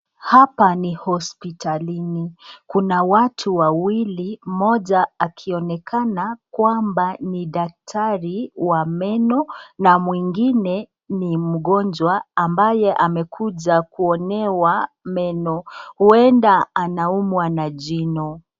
Hapa ni hospitalini, Kuna watu wawili moja akionekana kwamba ni daktari wa meno na mwingine ni mgonjwa ambaye amekuja kuonewa meno. Huenda anaumwa na jino.